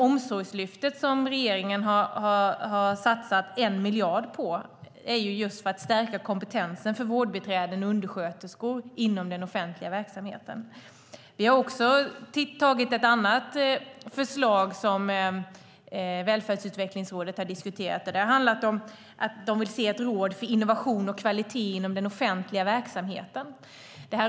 Omsorgslyftet, som regeringen har satsat 1 miljard på, är till just för att stärka kompetensen för vårdbiträden och undersköterskor inom den offentliga verksamheten. Vi har även tagit ett annat förslag som Välfärdsutvecklingsrådet har diskuterat. Det handlar om att de vill se ett råd för innovation och kvalitet inom den offentliga verksamheten.